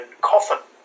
coffin